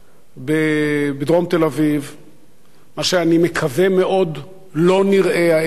בדרום תל-אביב ומה שאני מקווה מאוד שלא נראה הערב,